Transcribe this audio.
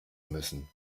müssen